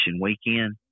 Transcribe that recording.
weekend